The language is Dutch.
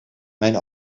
mijn